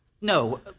No